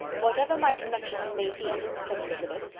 whatever my connections may be, said elizabeth,